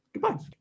goodbye